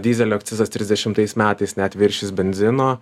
dyzelio akcizas trisdešimtais metais net viršys benzino